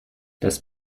das